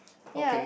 ya